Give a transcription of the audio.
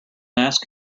ask